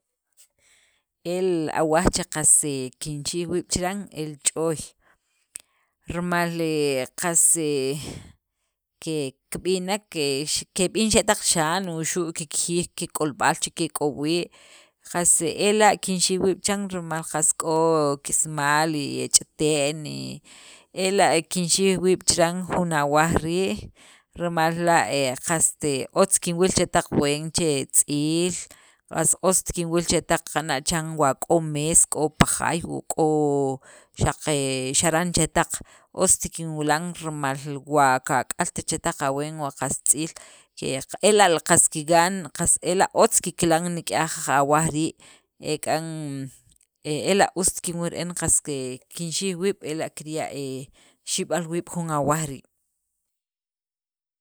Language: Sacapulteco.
El awaj che qas he kinxij wiib' chiran, el ch'ooy rimal he qas he ke kb'inek, ke keb'in xe' taq xan wuxu' kikjiyij kik'olb'al che'el kek'ob' wii' qas e ela' kinxij wiib' chan, rimal qas k'o kisimaal, y e ch'ite'n, y ela' kinxij wiib' chiran jun awaj rii', rimal la' he qaste he otz kinwil chetaq ween che e tz'iil, qast ost kinwil chetaq qana' chan wa k'o mees k'o pa jaay, wu k'o xaq e xaran chetaq ost kinwilan rimal wa kak'alt chetaq aween wa qas tz'iil q ela' qas kigan, ela' qas otz kikil nik'yaj awaj rii' e k'an ela' ust kinwil re'en, ela' qas kinxij wiib', ela' kirya' xib'al wiib' un awaj rii'.